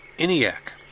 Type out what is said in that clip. ENIAC